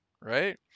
right